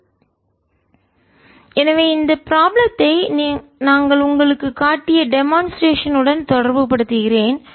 V220 614 V எனவே இந்த ப்ராப்ளத்தை நாங்கள் உங்களுக்குக் காட்டிய டெமான்ஸ்ட்ரேஷன் செயல்விளக்கம் உடன் தொடர்புபடுத்துகிறேன்